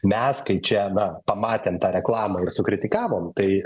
mes kai čia na pamatėm tą reklamą ir sukritikavom tai